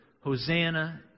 Hosanna